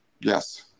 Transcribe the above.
yes